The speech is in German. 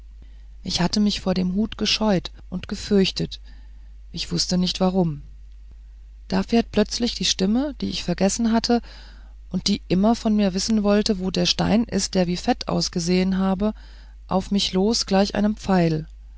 ich hatte mich vor dem hut gescheut und gefürchtet ich wußte nicht warum da fährt plötzlich die stimme die ich vergessen hatte und die immer von mir wissen wollte wo der stein ist der wie fett ausgesehen habe auf mich los gleich einem pfeil